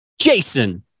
Jason